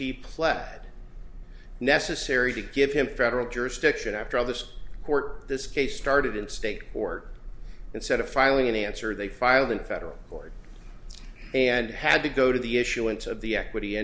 he pled necessary to give him federal jurisdiction after all this court this case started in state court instead of filing an answer they filed in federal court and had to go to the issuance of the equity